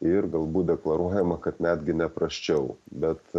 ir galbūt deklaruojama kad netgi ne prasčiau bet